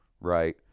right